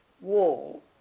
wall